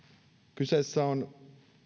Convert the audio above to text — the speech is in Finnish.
kyseessä on